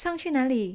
上去哪里